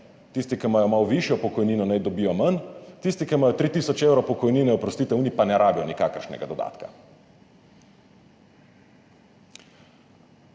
tisti, ki imajo malo višjo pokojnino, naj dobijo manj, tisti, ki imajo 3 tisoč evrov pokojnine, oprostite, oni pa ne rabijo nikakršnega dodatka.